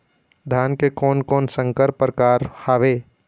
धान के कोन कोन संकर परकार हावे?